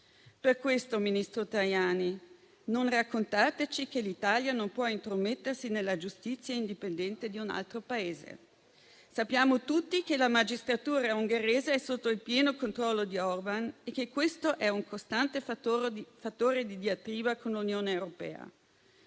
Per questo, ministro Tajani, non raccontateci che l'Italia non può intromettersi nella giustizia indipendente di un altro Paese. Sappiamo tutti che la magistratura ungherese è sotto il pieno controllo di Orban e che questo è un costante fattore di diatriba con l'Unione europea.